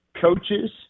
coaches